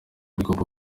rigomba